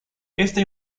esta